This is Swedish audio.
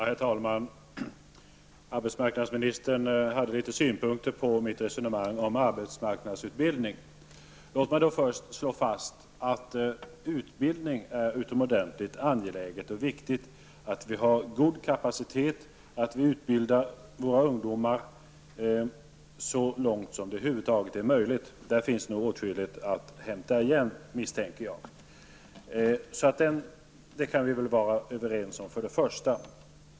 Herr talman! Arbetsmarknadsministern hade litet synpunkter på mitt resonemang om arbetsmarknadsutbildning. Låt mig först slå fast att det när det gäller utbildning är utomordentligt angeläget och viktigt att vi har god kapacitet och att vi utbildar våra ungdomar så långt som det över huvud taget är möjligt. Jag misstänker att det finns åtskilligt att hämta igen där. Detta kan vi väl vara överens om.